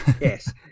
Yes